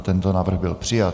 Tento návrh byl přijat.